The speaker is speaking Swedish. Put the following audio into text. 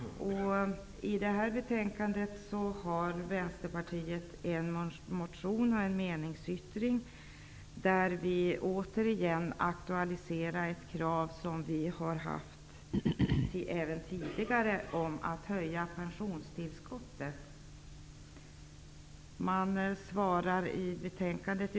I det nu aktuella betänkandet finns det en motion och en meningsyttring från oss i Vänsterpartiet. Återigen aktualiserar vi ett krav som vi även tidigare har ställt och som gäller en höjning av pensionstillskottet.